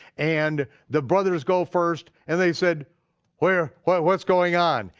and the brothers go first and they said where, what's going on,